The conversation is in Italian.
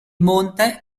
monte